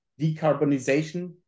decarbonization